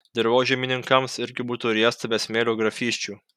dirvožemininkams irgi būtų riesta be smėlio grafysčių